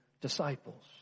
disciples